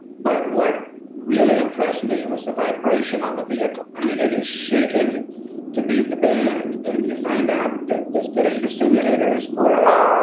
but what really impressed me was the vibration on the vehicle. i mean, it is shaken to beat the band. and you find out that as good as the simulators were,